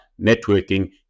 networking